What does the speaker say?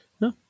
No